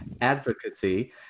advocacy